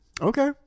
Okay